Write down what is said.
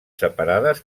separades